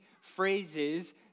phrases